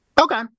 Okay